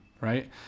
right